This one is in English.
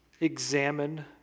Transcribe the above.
examine